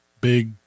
big